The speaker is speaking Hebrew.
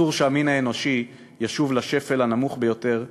שאסור שהמין האנושי ישוב לשפל הנמוך ביותר,